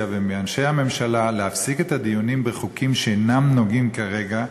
ומאנשי הממשלה להפסיק את הדיונים בחוקים שאינם נוגעים כרגע,